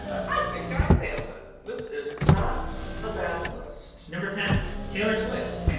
i think i nailed it. this is not a bad list. number ten is taylor swift.